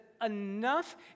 Enough